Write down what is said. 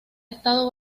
estado